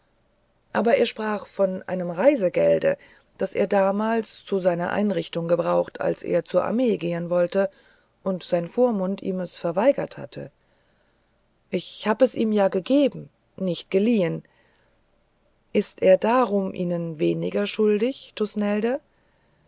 aber er sprach von einem reisegelde das er damals zu seiner einrichtung gebrauchte als er zur armee gehen wollte und sein vormund ihm es verweigert hatte ich habe es ihm ja gegeben nicht geliehen ist er darum ihnen weniger schuldig thusnelde